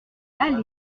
allée